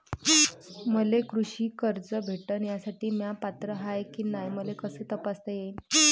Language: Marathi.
मले कृषी कर्ज भेटन यासाठी म्या पात्र हाय की नाय मले कस तपासता येईन?